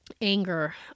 anger